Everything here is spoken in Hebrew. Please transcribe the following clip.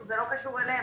זה לא קשור אליהן